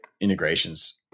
integrations